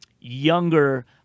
younger